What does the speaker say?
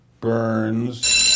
Burns